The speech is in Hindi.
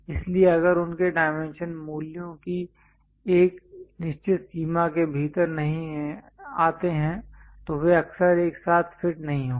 इसलिए अगर उनके डायमेंशन मूल्यों की एक निश्चित सीमा के भीतर नहीं आते हैं तो वे अक्सर एक साथ फिट नहीं होंगे